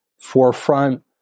forefront